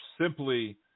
simply